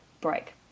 break